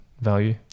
value